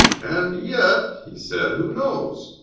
and yet, he said, who knows?